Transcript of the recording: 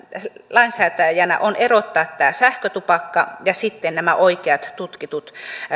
lainsäätäjinä on erottaa tämä sähkötupakka ja sitten nämä oikeat tutkitut